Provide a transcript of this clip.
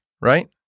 right